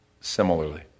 similarly